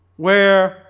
where